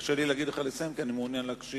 קשה לי להגיד לך לסיים, כי אני מעוניין להקשיב.